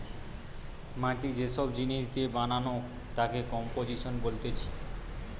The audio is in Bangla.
মাটি যে সব জিনিস দিয়ে বানানো তাকে কম্পোজিশন বলতিছে